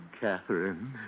Catherine